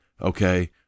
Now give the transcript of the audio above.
okay